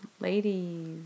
Ladies